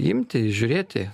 imti žiūrėti